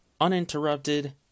uninterrupted